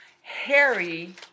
Harry